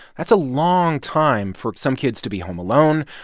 that's a long time for some kids to be home alone,